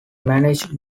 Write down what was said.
managed